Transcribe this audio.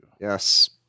Yes